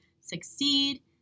succeed